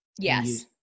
Yes